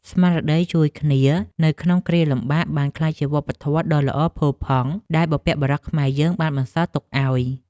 ស្មារតីជួយគ្នានៅក្នុងគ្រាលំបាក បានក្លាយជាវប្បធម៌ដ៏ល្អផូរផង់ដែលបុព្វបុរសខ្មែរយើងបានបន្សល់ទុកឱ្យ។